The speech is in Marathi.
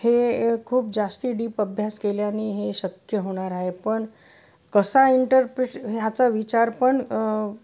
हे खूप जास्ती डीप अभ्यास केल्याने हे शक्य होणार आहे पण कसा इंटरप्रिट ह्याचा विचार पण